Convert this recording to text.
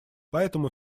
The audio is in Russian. поэтому